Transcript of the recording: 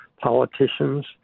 politicians